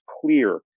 clear